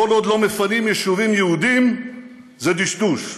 כל עוד לא מפנים יישובים יהודיים זה דשדוש,